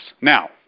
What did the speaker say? Now